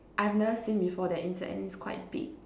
I've never seen before that insect and it is quite big